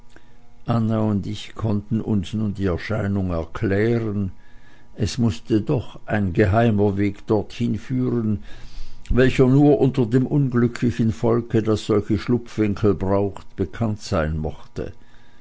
und ich konnten uns nun die erscheinung erklären es mußte doch ein geheimer weg dorthin führen welcher nur unter dem unglücklichen volke das solche schlupfwinkel braucht bekannt sein mochte